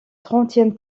trentième